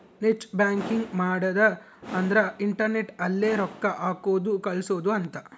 net banking ಮಾಡದ ಅಂದ್ರೆ internet ಅಲ್ಲೆ ರೊಕ್ಕ ಹಾಕೋದು ಕಳ್ಸೋದು ಅಂತ